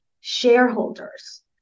shareholders